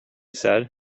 said